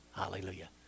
Hallelujah